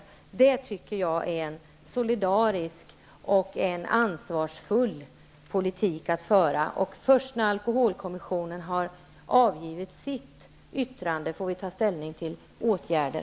Det tycker jag är en solidarisk och ansvarsfull politik. Först när alkoholkommissionen har avgivit sitt yttrande får vi ta ställning till åtgärder.